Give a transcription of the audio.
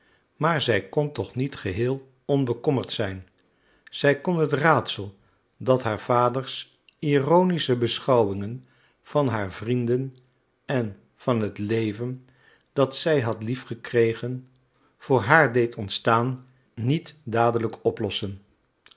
maar zij kon toch niet geheel onbekommerd zijn zij kon het raadsel dat haar vaders ironische beschouwingen van haar vrienden en van het leven dat zij had lief gekregen voor haar deed ontstaan niet dadelijk oplossen